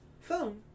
phone